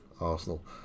arsenal